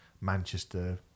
Manchester